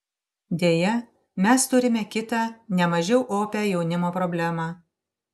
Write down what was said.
deja mes turime kitą ne mažiau opią jaunimo problemą